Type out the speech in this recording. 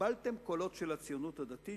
קיבלתם קולות של הציונות הדתית,